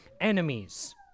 enemies